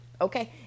okay